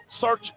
search